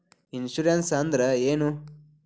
Insurance ಅಂದ್ರ ಏನು?